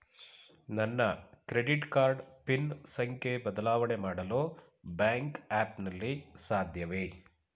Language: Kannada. ನನ್ನ ಕ್ರೆಡಿಟ್ ಕಾರ್ಡ್ ಪಿನ್ ಸಂಖ್ಯೆ ಬದಲಾವಣೆ ಮಾಡಲು ಬ್ಯಾಂಕ್ ಆ್ಯಪ್ ನಲ್ಲಿ ಸಾಧ್ಯವೇ?